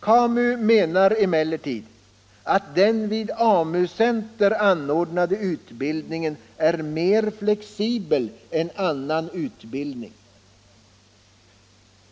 KAMU menar emellertid att den vid AMU-centra anordnade utbildningen är mer flexibel än annan utbildning.